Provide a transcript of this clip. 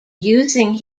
using